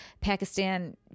Pakistan